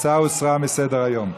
ההצעה הוסרה מסדר-היום.